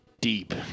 deep